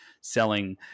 selling